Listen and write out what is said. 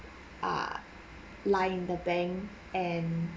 ah lie in the bank and